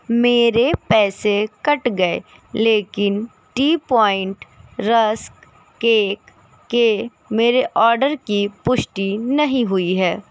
मेरे पैसे कट गए लेकिन टी प्वाइन्ट रस्क केक के मेरे ऑर्डर की पुष्टि नहीं हुई है